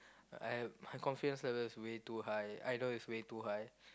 I have my confidence level is way too high I know is way too high